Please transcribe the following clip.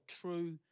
true